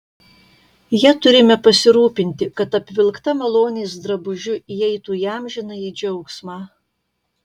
ja turime pasirūpinti kad apvilkta malonės drabužiu įeitų į amžinąjį džiaugsmą